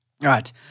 right